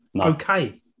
okay